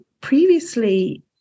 previously